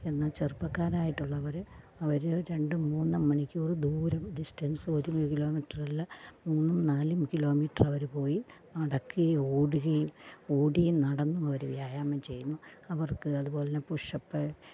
എന്നാല് ചെറുപ്പക്കാരായിട്ടുള്ളവര് അവര് രണ്ടും മൂന്നും മണിക്കൂറ് ദൂരം ഡിസ്റ്റ്ന്സ് ഒരു കിലോമീറ്റർ അല്ല മൂന്നും നാലും കിലോമീറ്ററവര് പോയി നടക്കുകയും ഓടുകയും ഓടിയും നടന്നും അവര് വ്യായാമം ചെയ്യുന്നു അവര്ക്ക് അതുപോലെതന്നെ പുഷപ്പ്